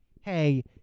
Hey